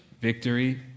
victory